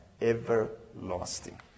everlasting